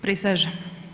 Prisežem.